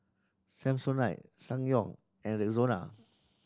Samsonite Ssangyong and Rexona